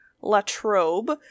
Latrobe